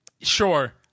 Sure